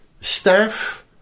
staff